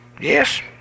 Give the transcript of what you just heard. Yes